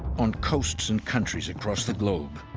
on coasts and countries across the globe,